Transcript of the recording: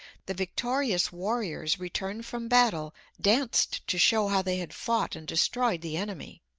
the victorious warriors returned from battle danced to show how they had fought and destroyed the enemy.